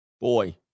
Boy